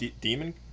Demon